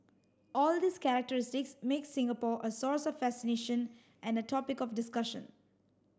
all these characteristics make Singapore a source of fascination and a topic of discussion